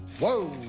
whoa.